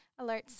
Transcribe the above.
alerts